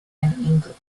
and